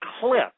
clip